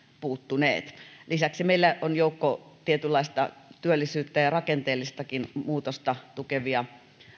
puuttuneet lisäksi meillä on joukko tietynlaista työllisyyttä ja rakenteellistakin muutosta tukevia